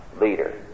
Leader